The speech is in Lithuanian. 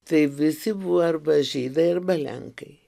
tai visi buvo arba žydai arba lenkai